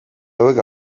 hauek